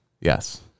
Yes